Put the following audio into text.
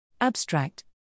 Abstract